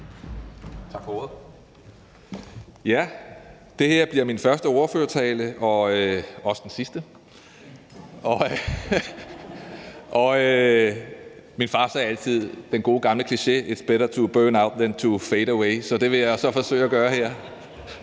Tak for ordet. Ja, det her bliver min første ordførertale – og også den sidste. Min far kom altid med den gode gamle kliché: It's better to burn out than to fade away. Så det vil jeg så forsøge at gøre her.